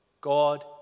God